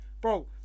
Bro